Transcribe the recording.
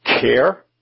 care